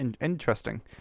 Interesting